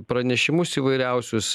pranešimus įvairiausius